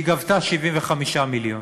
היא גבתה 75 מיליון.